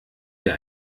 wir